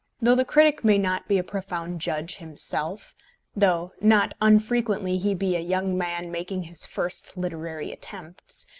though the critic may not be a profound judge himself though not unfrequently he be a young man making his first literary attempts,